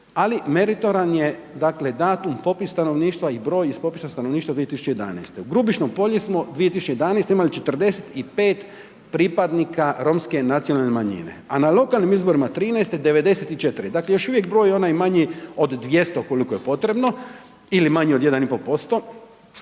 ali meritoran je dakle datum, popis stanovništva i broj iz popisa stanovništva 2011. U Grubišnom Polju smo 2011. imali 45 pripadnika romske nacionalne manjine, a na lokalnim izborima '13. 94, dakle još uvijek broj onaj manji od 200 koliko je potrebno ili manji od 1,5%